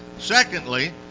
Secondly